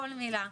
כל מילה,